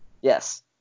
Yes